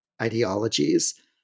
ideologies